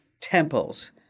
temples